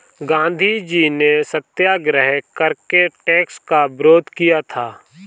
गांधीजी ने सत्याग्रह करके टैक्स का विरोध किया था